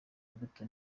imbuto